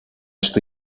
что